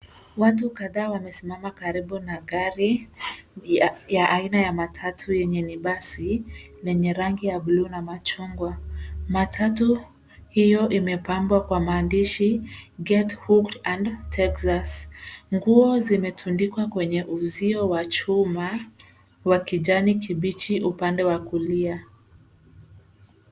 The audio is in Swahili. Watu kadhaa wamesimama karibu na gari ya aina ya matatu yenye ni basi lenye gari ya bluu na machungwa matatu hiyo imepambwa kwa maandishi get hooked and Texas nguo zimetundikwa kwenye uzio wa chuma wa kijani kibichi upande wa kulia.